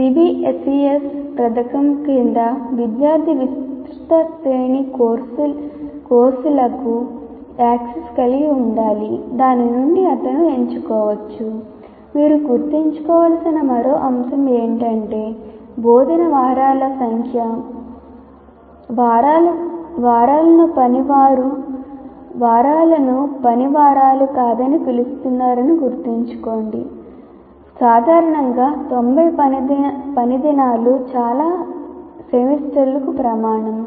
CBCS పథకం కింద విద్యార్థి విస్తృత శ్రేణి కోర్సులకు సాధారణంగా 90 పనిదినాలు చాలా సెమిస్టర్లకు ప్రమాణం